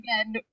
again